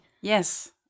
yes